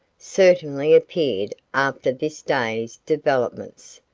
certainly appeared after this day's developements,